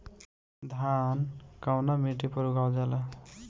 धान कवना मिट्टी पर उगावल जाला?